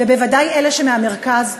ובוודאי אלה שמהמרכז,